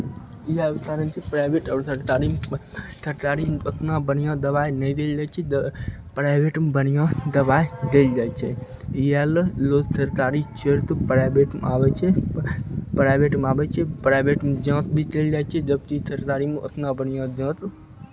इएह अन्तर रहै छै प्राइवेट आओर थरतारीमे थरतारीमे ओतना बढ़िआँ दबाइ नहि देल जाइ छै दऽ प्राइवेटमे बढ़िआँ दबाइ देल जाइ छै इएह लेल लोद सरकारी छोड़ि कऽ प्राइवेटमे आबै छै प्राइवेटमे आबै छै प्राइवेटमे दाँच भी कयल दाइ छै जबकि थरतारीमे ओतना बढ़िआँ दाँच